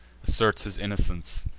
asserts his innocence,